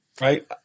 right